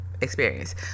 experience